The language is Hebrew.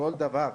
כל דבר,